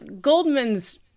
Goldman's